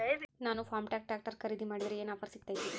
ನಾನು Farmtrac tractor ಖರೇದಿ ಮಾಡಿದ್ರೆ ಏನು ಆಫರ್ ಸಿಗ್ತೈತಿ?